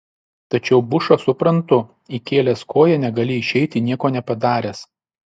tačiau bušą suprantu įkėlęs koją negali išeiti nieko nepadaręs